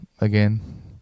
again